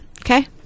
Okay